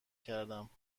کردم